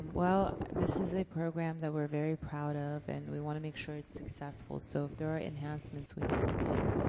well, this is a program that we're very proud of, and we wanna make sure it's successful, so if there are enhancements we need to make,